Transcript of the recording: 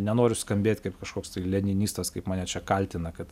nenoriu skambėt kaip kažkoks tai leninistas kaip mane čia kaltina kad